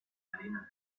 arena